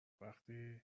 وقتی